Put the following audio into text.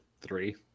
three